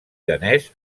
danès